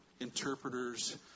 interpreters